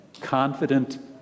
confident